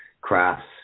crafts